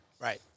Right